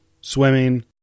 swimming